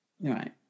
right